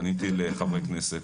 פניתי לחברי כנסת.